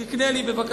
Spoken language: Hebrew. היא "תקנה לי בבקשה",